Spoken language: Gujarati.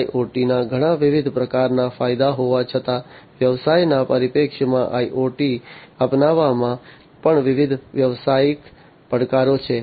IoT ના ઘણા વિવિધ પ્રકારના ફાયદા હોવા છતાં વ્યવસાયના પરિપ્રેક્ષ્યમાં IoT અપનાવવામાં પણ વિવિધ વ્યવસાયિક પડકારો છે